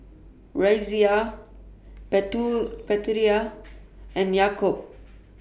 Raisya Putera and Yaakob